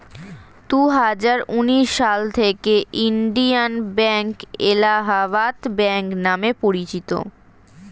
দুহাজার উনিশ সাল থেকে ইন্ডিয়ান ব্যাঙ্ক এলাহাবাদ ব্যাঙ্ক নাম পরিচিত